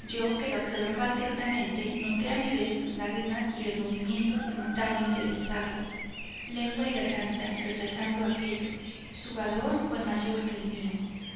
yo que la observaba atentamente noté a mi vez sus lágrimas y el movimiento simultáneo de labios lengua y garganta rechazando aquello su valor fué mayor que el mío